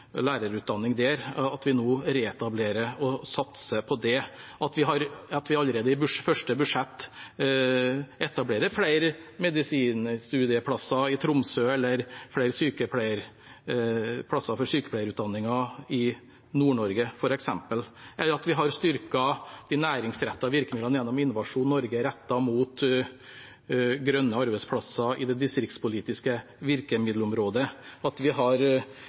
det at vi allerede i første budsjett etablerer flere medisinstudieplasser i Tromsø og flere plasser for sykepleierutdanningen i Nord-Norge at vi har styrket de næringsrettede virkemidlene gjennom Innovasjon Norge rettet mot grønne arbeidsplasser i det distriktspolitiske virkemiddelområdet at vi har